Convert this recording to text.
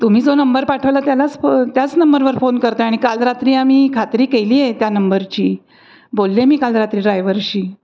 तुम्ही जो नंबर पाठवला त्यालाच प त्याच नंबरवर फोन करते आहे आणि काल रात्री आम्ही खात्री केली आहे त्या नंबरची बोलले मी काल रात्री ड्रायव्हरशी